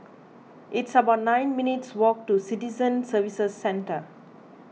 it's about nine minutes' walk to Citizen Services Centre